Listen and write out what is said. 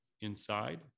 inside